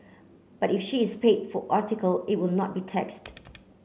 but if she is paid for article it would not be taxed